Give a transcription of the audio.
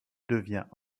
devient